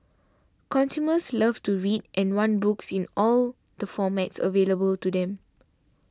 consumers love to read and want books in all the formats available to them